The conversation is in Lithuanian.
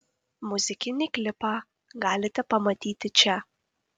muzikinį klipą galite pamatyti čia